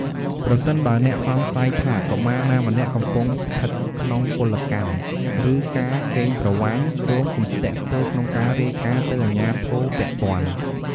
ប្រសិនបើអ្នកសង្ស័យថាកុមារណាម្នាក់កំពុងស្ថិតក្នុងពលកម្ម ឬការកេងប្រវ័ញ្ច សូមកុំស្ទាក់ស្ទើរក្នុងការរាយការណ៍ទៅអាជ្ញាធរពាក់ព័ន្ធ។